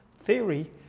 theory